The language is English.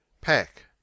Pack